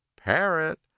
parrot